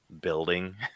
building